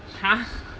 !huh!